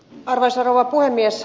arvoisa rouva puhemies